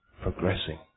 progressing